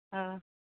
आं